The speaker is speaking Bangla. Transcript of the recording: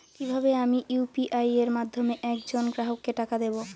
কিভাবে আমি ইউ.পি.আই এর মাধ্যমে এক জন গ্রাহককে টাকা দেবো?